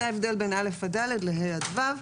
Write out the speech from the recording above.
זה ההבדל בין א'-ד' לבין כיתות ה'-ו'.